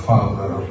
Father